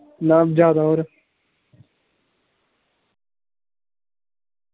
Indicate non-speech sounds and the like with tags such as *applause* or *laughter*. *unintelligible*